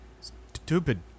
Stupid